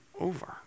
over